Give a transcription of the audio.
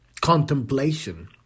contemplation